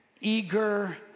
eager